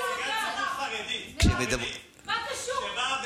הייתה שם נציגת ציבור חרדית שבאה ודיברה.